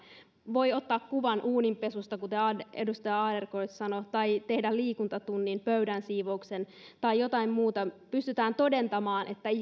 voi ottaa kuvan uuninpesusta kuten edustaja adlercreutz sanoi tai tehdä liikuntatunnin pöydän siivouksen tai jotain muuta pystytään todentamaan